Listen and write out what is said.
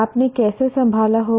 आपने कैसे संभाला होगा